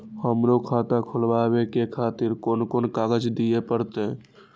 हमरो खाता खोलाबे के खातिर कोन कोन कागज दीये परतें?